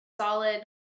solid